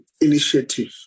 initiative